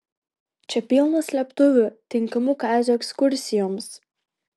čia pilna slėptuvių tinkamų kazio ekskursijoms